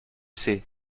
sais